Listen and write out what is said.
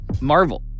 marvel